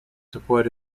support